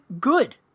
good